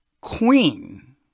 queen